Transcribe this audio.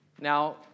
Now